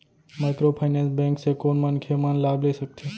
Microfinance bank से कोन मनखे मन लाभ ले सकथे?